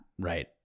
Right